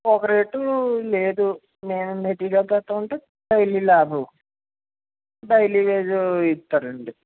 ఒక రేటు లేదు మేము మెటీరియల్ తెస్తామంటే డైలీ ల్యాబు డైలీ వేజు ఇస్తారండి